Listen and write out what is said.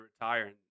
retire